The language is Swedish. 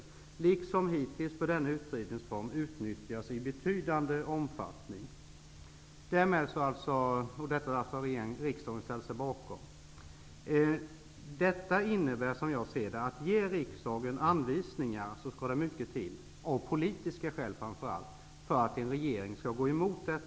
Liksom hittills bör denna utredningsform utnyttjas i betydande omfattning. Detta innebär, som jag ser det, att det skall mycket till för att en regering -- framför allt av politiska skäl -- skall gå emot av riksdagen givna anvisningar i sådana hänseenden.